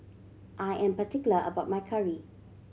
I am particular about my curry